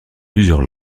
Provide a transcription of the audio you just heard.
plusieurs